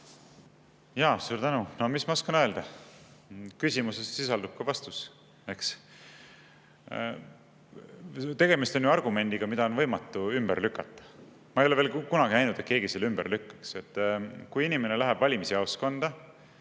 Suur tänu! No mis ma oskan öelda? Küsimuses sisaldub ka vastus, eks. Tegemist on ju argumendiga, mida on võimatu ümber lükata. Ma ei ole veel kunagi näinud, et keegi selle ümber lükkaks. Kui inimene läheb valimisjaoskonda,